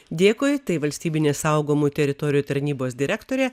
dėkui tai valstybinės saugomų teritorijų tarnybos direktorė